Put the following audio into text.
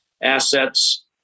assets